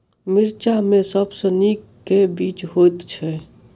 मिर्चा मे सबसँ नीक केँ बीज होइत छै?